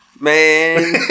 man